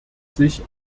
sich